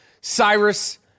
Cyrus